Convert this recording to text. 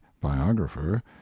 biographer